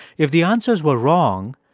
if the answers were wrong,